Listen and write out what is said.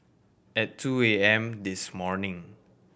at two A M this morning